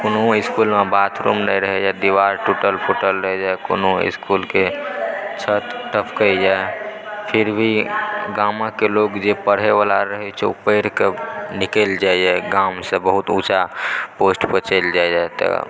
कोनो इसकुलमे बाथरूम नहि रहैए दीवाल टुटल फुटल रहैए कोनो इसकुल छत टपकैए फिरभी गामक लोक जे पढ़य वला रहै छै ओ पढ़ि कऽ निकलि जाइए गामसँ बहुत ऊँचा पोस्ट पर चलि जाइए तऽ